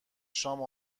شام